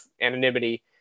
anonymity